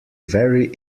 vary